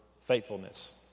faithfulness